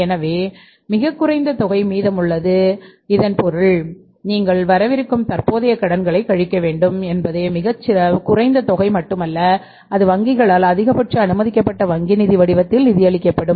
எனவே மிகக் குறைந்த தொகை மீதமுள்ளது இதன் பொருள் நீங்கள் வரவிருக்கும் தற்போதைய கடன்களைக் கழிக்க வேண்டும் என்பதே மிகக் குறைந்த தொகை மட்டுமல்ல இது வங்கிகளால் அதிகபட்ச அனுமதிக்கப்பட்ட வங்கி நிதி வடிவத்தில் நிதியளிக்கப்படும்